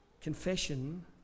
Confession